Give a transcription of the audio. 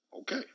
Okay